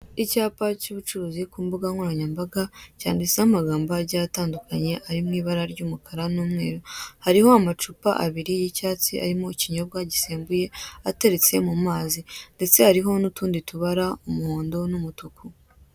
Icyapa cy'ubucuruzi ku mbuga nkoranyambaga cyanditseho amagambo agiye atandukanye arimo ibara ry'umukara n'umweru, hariho amacupa abiri y'icyatsi arimo ikinyobwa gisembuye ateretse mu mazi, ndetse hariho n'itundi tubara umuhondo n'umutuku.